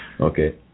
Okay